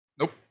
Nope